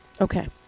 Okay